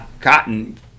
cotton